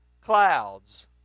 clouds